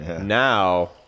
Now